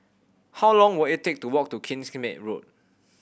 how long will it take to walk to Kings Road